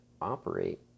operate